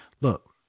Look